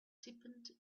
deepened